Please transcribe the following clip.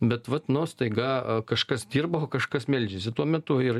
bet vat nu staiga kažkas dirba o kažkas meldžiasi tuo metu ir